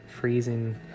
freezing